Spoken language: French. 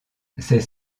ses